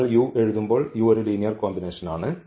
നമ്മൾ u എഴുതുമ്പോൾ u ഒരു ലീനിയർ കോമ്പിനേഷനാണ്